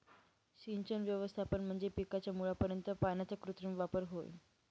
सिंचन व्यवस्थापन म्हणजे पिकाच्या मुळापर्यंत पाण्याचा कृत्रिम वापर आहे